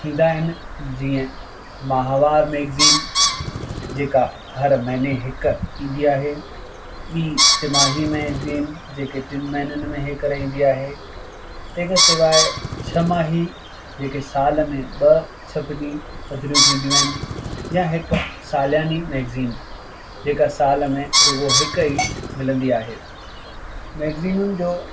थींदा आहिनि जीअं महावार मैगज़ीन जेका हर महीने हिकु ईंदी आहे ॿी टिमाही मैगज़ीन जेका टिनि महीननि में हिकु रहंदी आहे तंहिंखां सवाइ छह माही जेके साल में ॿ छपिजी पदरियूं थींदियूं आहिनि या हिकु सालानी मैगज़ीन जेका साल में रुगो हिकु ई मिलंदी आहे मैगज़ीनियुनि जो